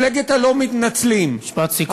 מפלגת הלא-מתנצלים, משפט סיכום, חבר הכנסת חנין.